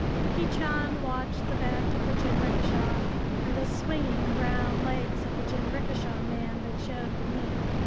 yuki chan watched the back of the jinrikisha and the swinging brown legs of the jinrikisha man that showed beneath.